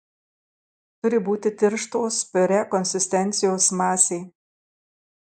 turi būti tirštos piurė konsistencijos masė